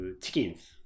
chickens